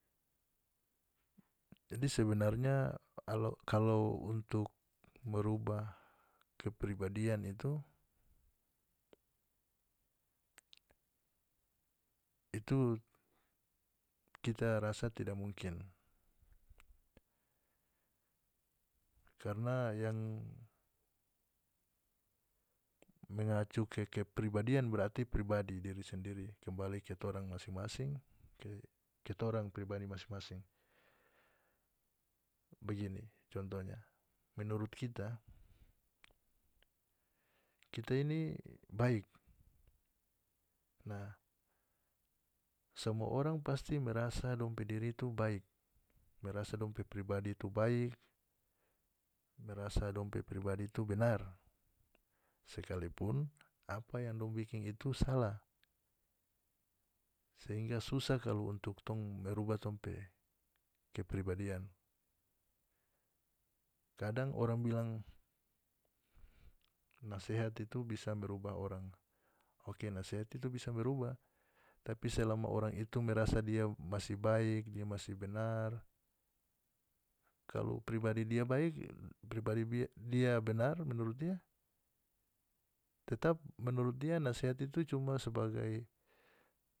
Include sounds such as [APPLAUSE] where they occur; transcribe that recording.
Jadi sebenarnya [HESITATION] kalau untuk merubah kepribadian itu itu kita rasa tidak mungkin karna yang mengacu ke kepribadian berarti pribadi diri sendiri kembali ke torang masing-masing ke ke torang pribadi masing-masing begini contonya menurut kita kita ini baik nah samua orang pasti merasa dong pe diri itu baik merasa dong pe pribadi itu baik merasa dong pe pribadi itu benar sekalipun apa yang dong bikin itu salah sehingga susah kalu untuk tong merubah tong pe kepribadian kadang orang bilang nasehat itu bisa merubah orang oke nasehat itu bisa berubah tapi selama orang itu merasa [NOISE] dia masih baik dia masih benar kalu pribadi dia baik pribadi dia [HESITATION] benar menurut dia tetap menurut dia nasehat itu cuma sebagai.